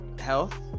Health